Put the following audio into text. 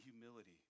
humility